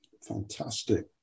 Fantastic